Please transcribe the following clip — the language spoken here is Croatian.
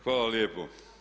Hvala lijepo.